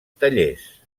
tallers